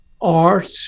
art